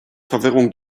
verwirrung